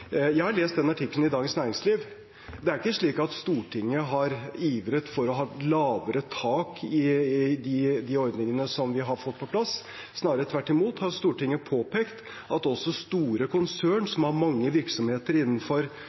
Jeg har lest den artikkelen i Dagens Næringsliv. Det er ikke slik at Stortinget har ivret for å ha et lavere tak i de ordningene som vi har fått på plass. Snarere tvert imot har Stortinget påpekt at også store konsern som har mange virksomheter innenfor